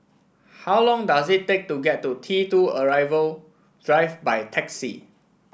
how long does it take to get to T two Arrival Drive by taxi